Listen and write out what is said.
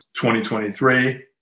2023